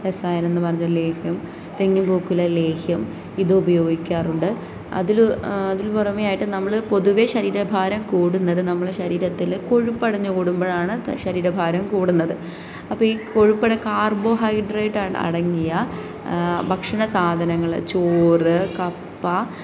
രസായനം എന്ന് പറഞ്ഞ ലേഹ്യം തെങ്ങിൻ പൂക്കുല ലേഹ്യം ഇത് ഉപയോഗിക്കാറുണ്ട് അതിൽ അതിൽ പുറമെയായിട്ട് നമ്മൾ പൊതുവേ ശരീരഭാരം കൂടുന്നത് നമ്മളെ ശരീരത്തിൽ കൊഴുപ്പടഞ്ഞ് കുടുമ്പോഴാണ് ശരീരഭാരം കൂടുന്നത് അപ്പം ഈ കൊഴുപ്പട കാർബോഹൈഡ്രേറ്റ് ആണ് അടങ്ങിയ ഭക്ഷണ സാധനങ്ങൾ ചോറ് കപ്പ